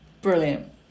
Brilliant